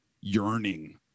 yearning